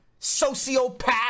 Sociopath